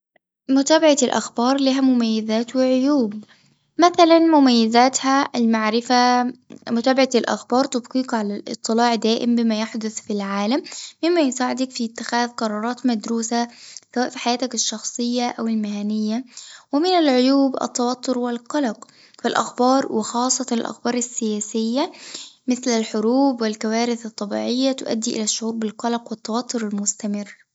متابعة الأخبار لها مميزات وعيوب، مثلًا مميزاتها المعرفة فمتابعة الأخبار تبقيك على الإطلاع دائم بما يحدث في العالم، مما يساعدك في اتخاذ قرارات مدروسة سواء في حياتك الشخصية أو المهنية، ومن العيوب التوتر والقلق فالأخبار وخاصة الأخبار السياسية مثل الحروب والكوارث الطبيعية تؤدي إلى الشعور بالقلق والتوتر المستمر.